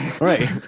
Right